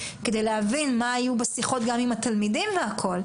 כדי להבין מה היה בשיחות גם עם התלמידים והכל.